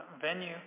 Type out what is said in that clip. venue